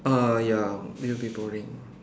ah ya it will be boring